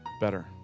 better